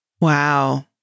Wow